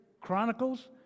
Chronicles